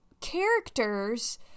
characters